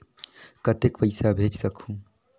कतेक पइसा भेज सकहुं?